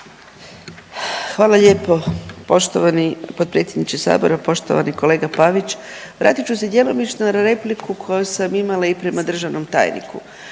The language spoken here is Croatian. Hvala lijepo poštovani potpredsjedniče sabora. Poštovani kolega Pavić, vratit ću se djelomično na repliku koju sam imala i prema državnom tajniku,